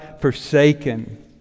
forsaken